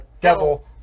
devil